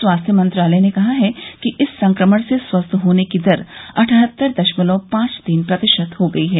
स्वास्थ्य मंत्रालय ने कहा है कि इस संक्रमण से स्वस्थ होने की दर अठहत्तर दशमलव पांच तीन प्रतिशत हो गई है